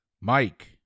Mike